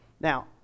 Now